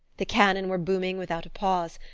the cannon were booming without a pause,